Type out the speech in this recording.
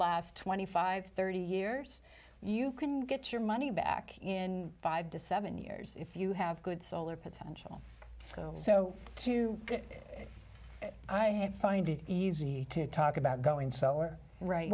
last twenty five thirty years you can get your money back in five to seven years if you have good solar potential so so too i find it easy to talk about going so or right